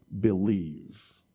believe